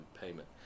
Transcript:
payment